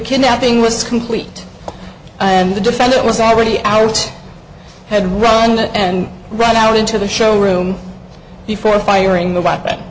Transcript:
kidnapping was complete and the defendant was already out had roland and ran out into the show room before firing the w